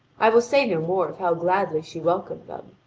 i will say no more of how gladly she welcomed them,